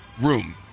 room